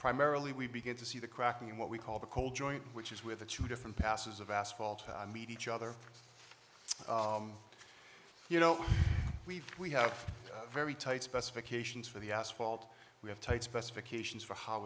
primarily we begin to see the cracking in what we call the coal joint which is where the two different passes of asphalt meet each other you know we've we have very tight specifications for the asphalt we have tight specifications for how